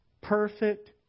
perfect